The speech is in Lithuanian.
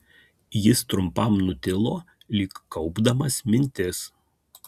jis trumpam nutilo lyg kaupdamas mintis